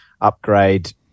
upgrade